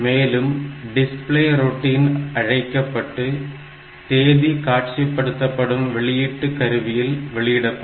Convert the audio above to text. மேலும் display routine அழைக்கப்பட்டு தேதி காட்சிப்படுத்தும் வெளியீட்டு கருவியில் வெளியிடப்படும்